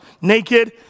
naked